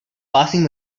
passing